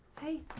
hey.